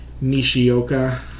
Nishioka